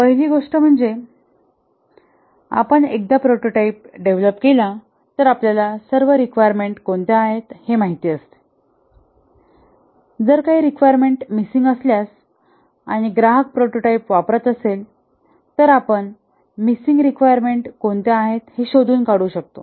पहिली गोष्ट म्हणजे आपण एकदा प्रोटोटाइप डेव्हलप केला तर आपल्याला सर्व रिक्वायरमेंट कोणत्या आहेत हे माहित असते जर काही रिक्वायरमेंट मिसिंग असल्यास आणि ग्राहक प्रोटोटाइप वापरत असेल तर आपण मिसिंग रिक्वायरमेंट कोणत्या आहेत हे शोधून काढू शकतो